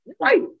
Right